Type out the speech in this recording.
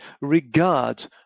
regard